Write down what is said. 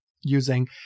using